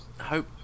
hope